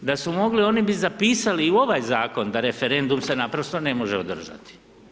Da su mogli oni bi zapisali i u ovaj zakon da referendum se naprosto ne može održati.